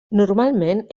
normalment